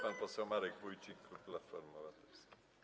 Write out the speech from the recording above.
Pan poseł Marek Wójcik, klub Platforma Obywatelska.